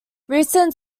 recent